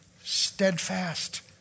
steadfast